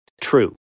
true